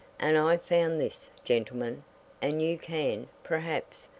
and i found this, gentlemen and you can, perhaps,